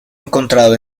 encontrado